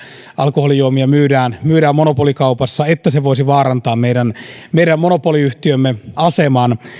alkoholijuomia myydään myydään monopolikaupassa joka voisi vaarantaa meidän meidän monopoliyhtiömme aseman